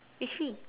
actually